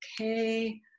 Okay